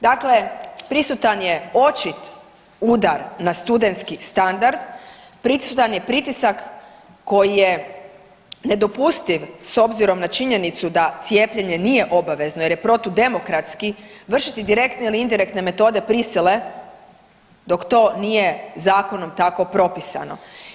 Dakle, prisutan je očit udar na studentski standard, prisutan je pritisak koji je nedopustiv s obzirom na činjenicu da cijepljenje nije obavezno jer je protudemokratski vršiti direktne ili indirektne metode prisile dok to nije zakonom tako propisano.